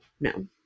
No